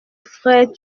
frère